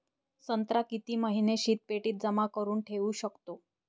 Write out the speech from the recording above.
संत्रा किती महिने शीतपेटीत जमा करुन ठेऊ शकतो?